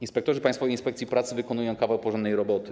Inspektorzy Państwowej Inspekcji Pracy wykonują kawał porządnej roboty.